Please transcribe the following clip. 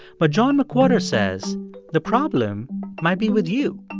but john mcwhorter says the problem might be with you,